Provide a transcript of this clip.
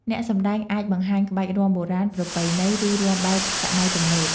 អ្នកសម្ដែងអាចបង្ហាញក្បាច់រាំបុរាណ ប្រពៃណី ឬរាំបែបសម័យទំនើប។